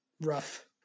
rough